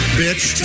bitch